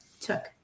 took